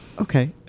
okay